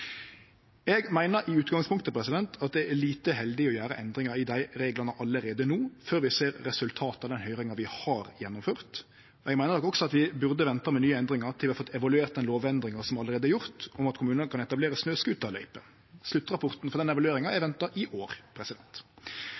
Eg meiner i utgangspunktet at det er lite heldig å gjere endringar i dei reglane allereie no, før vi ser resultatet av den høyringa vi har gjennomført. Og eg meiner vel også at vi burde venta med nye endringar til vi hadde fått evaluert den lovendringa som allereie er gjort, om at kommunar kan etablere snøscooterløyper. Sluttrapporten for den evalueringa er venta i år.